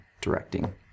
directing